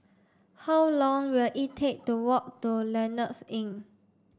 how long will it take to walk to Lloyds Inn